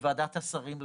בוועדת השרים לחקיקה.